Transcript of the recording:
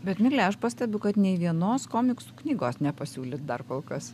bet migle aš pastebiu kad nei vienos komiksų knygos nepasiūlėt dar kol kas